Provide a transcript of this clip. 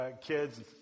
kids